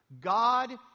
God